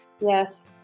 Yes